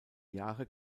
jahre